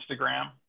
Instagram